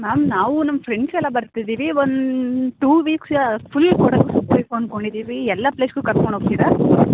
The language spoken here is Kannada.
ಮ್ಯಾಮ್ ನಾವು ನಮ್ಮ ಫ್ರೆಂಡ್ಸ್ ಎಲ್ಲ ಬರ್ತಿದ್ದೀವಿ one two weeks full Kodagu ಸುತ್ತಬೇಕು ಅಂದ್ಕೊಂಡಿದ್ದೀವಿ ಎಲ್ಲ ಪ್ಲೇಸಿಗು ಕರ್ಕೊಂಡು ಹೋಗ್ತಿರಾ